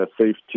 safety